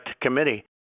committee